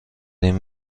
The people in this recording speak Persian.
این